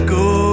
go